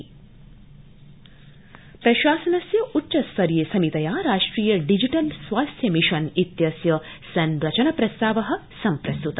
हर्षवर्दधन प्रशासनस्य उच्चस्तरीय समितया राष्ट्रिय डिजिटल स्वास्थ्य मिशन इत्यस्य संरचन प्रस्ताव प्रस्तुत